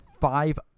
five